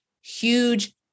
huge